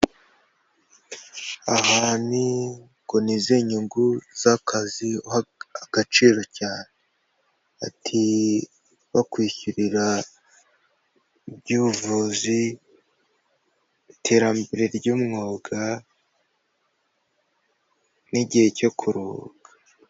Aha ni, ngo ni izihe nyungu z'akazi uha agaciro cyane; ati bakwishyurira iby’ubuvuzi, iterambere ry'umwuga n’igihe cyo kuruhuka.